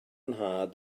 nhad